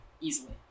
easily